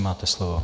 Máte slovo.